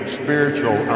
spiritual